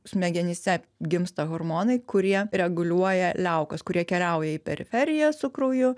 smegenyse gimsta hormonai kurie reguliuoja liaukas kurie keliauja į periferiją su krauju